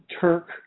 Turk